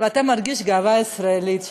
ואתה מרגיש גאווה ישראלית.